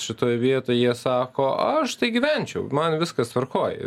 šitoj vietoj jie sako aš tai gyvenčiau man viskas tvarkoj